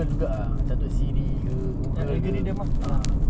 how donald trump menang presidency